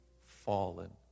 Fallen